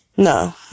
No